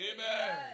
Amen